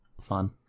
Fun